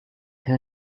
her